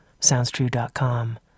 SoundsTrue.com